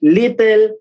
little